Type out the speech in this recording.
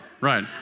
Right